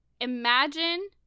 Imagine